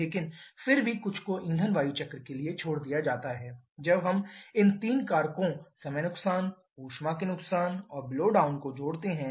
लेकिन फिर भी कुछ को ईंधन वायु चक्र के लिए छोड़ दिया जाता है जब हम इन 3 कारकों समय नुकसान ऊष्मा के नुकसान और ब्लो डाउन नुकसान को जोड़ते हैं